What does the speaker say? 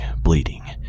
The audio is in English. bleeding